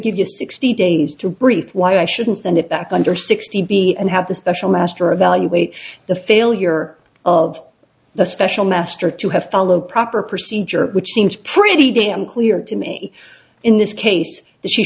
give you sixty days to brief why i shouldn't send it back under sixty b and have the special master evaluate the failure of the special master to have followed proper procedure which seems pretty damn clear to me in this case that she